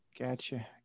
Gotcha